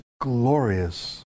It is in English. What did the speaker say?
glorious